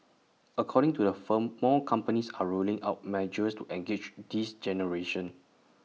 according to the firm more companies are rolling out measures to engage this generation